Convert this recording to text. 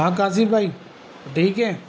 ہاں کاشف بھائی ٹھیک ہے